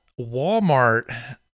Walmart